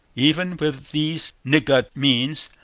even with these niggard means,